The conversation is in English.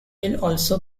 also